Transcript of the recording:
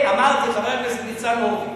חבר הכנסת ניצן הורוביץ,